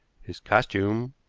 his costume,